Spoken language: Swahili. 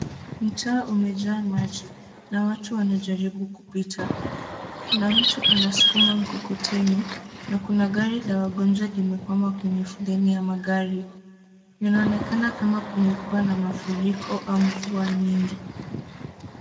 Mtaa umejaa maji na watu wanajaribu kupita. Kuna mtu anasukuma mkokoteni na kuna gari la wagonjwa limekwama kwenye foleni ya magari. Inaonekana kama kumekuwa na mafuriko au mvua nyingi.